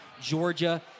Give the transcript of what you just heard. Georgia